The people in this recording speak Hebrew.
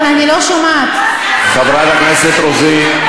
חברת הכנסת רוזין.